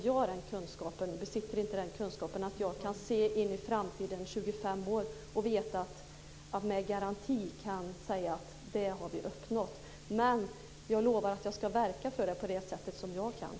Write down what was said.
Jag besitter inte den kunskapen att jag kan se 25 år in i framtiden och kan garantera att vi då ska ha uppnått ett visst resultat, men jag lovar att jag ska verka för det här på det sätt som jag förmår.